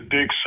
Dick